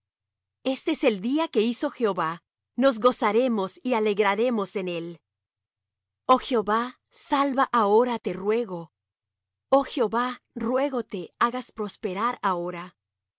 este es el día que hizo jehová nos gozaremos y alegraremos en él oh jehová salva ahora te ruego oh jehová ruégote hagas prosperar ahora